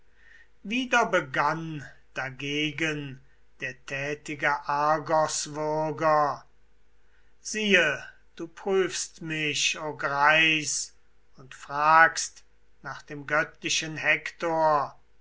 wieder begann dagegen der tätige argos siehe du prüfst mich o greis und fragst nach dem göttlichen hektor